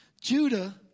Judah